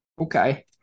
Okay